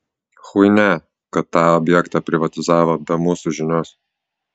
chuinia kad tą objektą privatizavo be mūsų žinios